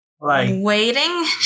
waiting